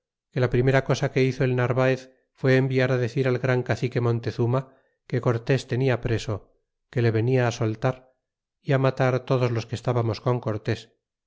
la primera cosa que hizo el narvaez fué enviar decir al gran cacique montezuma que cortés tenia preso que le venia á soltar y matar todos los que estábamos con cortés